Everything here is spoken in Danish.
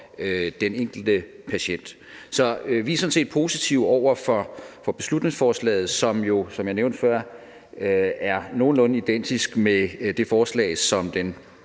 den enkelte patient. Så vi er sådan set positive over for beslutningsforslaget, som jo, som jeg nævnte før, er nogenlunde identisk med det forslag, som den